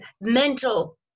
mental